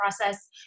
process